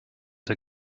der